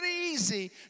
easy